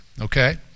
okay